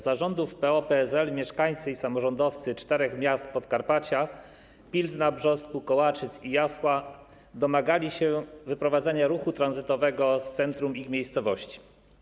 Za rządów PO-PSL mieszkańcy i samorządowcy czterech miast podkarpacia, Pilzna, Brzostku, Kołaczyc i Jasła, domagali się wyprowadzenia ruchu tranzytowego z centrów ich miejscowości.